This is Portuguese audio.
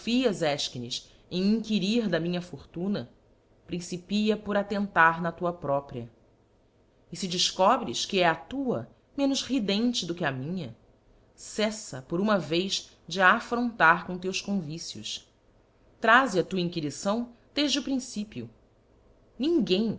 efchines em inquirir da minha fortuna principia por attcntar na tua própria e fe defcobres que é a tua menos ridente do que a minha ceíla por uma vez de a aflvontar com teus convicios traze a tua inquirição defde o principio ninguém